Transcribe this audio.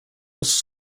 was